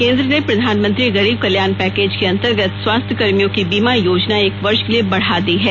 केंद्र ने प्रधानमंत्री गरीब कल्याण पैकेज के अंतर्गत स्वास्थ्य कर्मियों की बीमा योजना एक वर्ष के लिए बढ़ा दी है